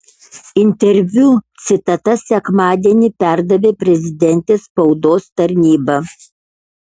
interviu citatas sekmadienį perdavė prezidentės spaudos tarnyba